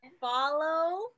follow